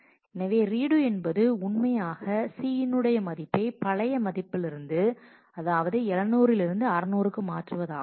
எனவே ரீடு என்பது உண்மையாக C னுடைய மதிப்பை பழைய மதிப்பிலிருந்து அதாவது 700 லிருந்து 600க்கு மாற்றுவதாகும்